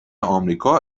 آمریکا